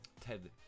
Ted